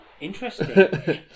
interesting